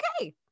okay